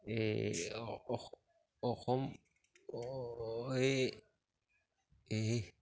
এই অসম এই এই